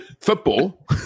football